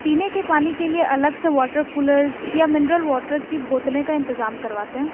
پینے کے پانی کے لیے الگ سے واٹر کولرس یا منرل واٹر کی بوتلیں کا انتظام کرواتے ہیں